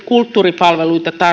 kulttuuripalveluita